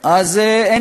אז אין